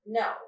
no